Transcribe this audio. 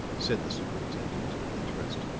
said the superintendent with interest,